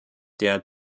der